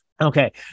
Okay